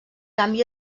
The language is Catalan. canvi